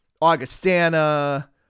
Augustana